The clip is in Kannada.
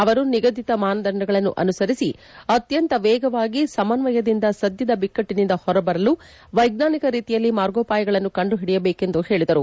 ಅವರು ನಿಗದಿತ ಮಾನದಂದಗಳನ್ನು ಅನುಸರಿಸಿ ಅತ್ಯಂತ ವೇಗವಾಗಿ ಸಮನ್ನಯದಿಂದ ಸದ್ಯದ ಬಿಕ್ಕಟ್ಟಿನಿಂದ ಹೊರ ಬರಲು ವೈಜ್ಞಾನಿಕ ರೀತಿಯಲ್ಲಿ ಮಾರ್ಗೋಪಾಯಗಳನ್ನು ಕಂಡು ಹಿಡಿಯಬೇಕು ಎಂದು ಹೇಳಿದರು